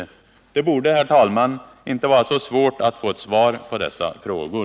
Det borde, herr talman, inte vara så svårt att få ett svar på dessa frågor.